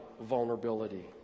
vulnerability